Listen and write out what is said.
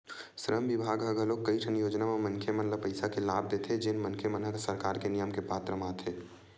श्रम बिभाग ह घलोक कइठन योजना म मनखे मन ल पइसा के लाभ देथे जेन मनखे मन ह सरकार के नियम के पात्र म आथे